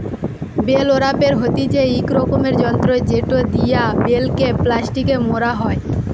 bell ওরাপের হতিছে ইক রকমের যন্ত্র জেটো দিয়া বেল কে প্লাস্টিকে মোড়া হই